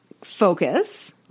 focus